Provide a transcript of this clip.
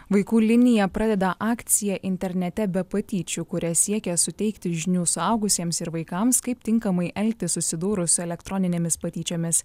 vaikų linija pradeda akciją internete be patyčių kuria siekia suteikti žinių suaugusiems ir vaikams kaip tinkamai elgtis susidūrus su elektroninėmis patyčiomis